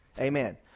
Amen